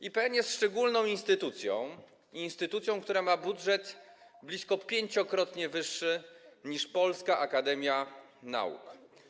IPN jest szczególną instytucją, instytucją, która ma budżet blisko pięciokrotnie wyższy niż Polska Akademia Nauk.